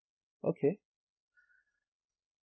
okay